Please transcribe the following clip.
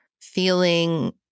feeling